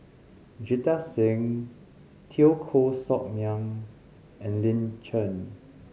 Jita Singh Teo Koh Sock Miang and Lin Chen